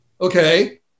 okay